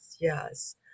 yes